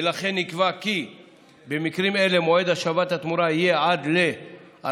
ולכן נקבע כי במקרים אלה מועד השבת התמורה יהיה עד 14